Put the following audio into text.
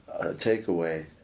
takeaway